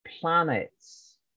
Planets